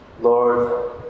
Lord